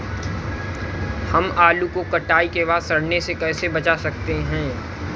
हम आलू को कटाई के बाद सड़ने से कैसे बचा सकते हैं?